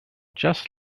just